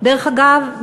דרך אגב,